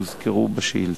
שהוזכרו בשאילתא,